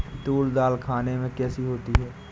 तूर दाल खाने में कैसी होती है?